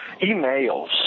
emails